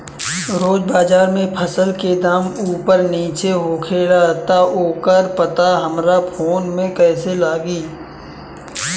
रोज़ बाज़ार मे फसल के दाम ऊपर नीचे होखेला त ओकर पता हमरा फोन मे कैसे लागी?